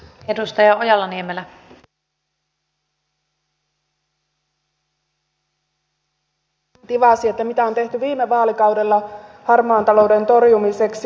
edustaja ville vähämäki täällä tivasi että mitä on tehty viime vaalikaudella harmaan talouden torjumiseksi